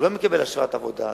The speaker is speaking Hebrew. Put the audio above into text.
הוא לא מקבל אשרת עבודה,